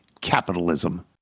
capitalism